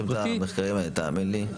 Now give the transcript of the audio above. אנחנו לא צריכים את המחקרים האלה, תאמין לי.